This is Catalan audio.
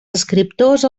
escriptors